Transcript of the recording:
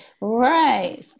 right